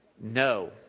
No